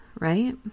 Right